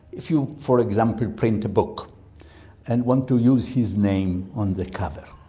if you, for example, printed a book and want to use his name on the cover,